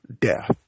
death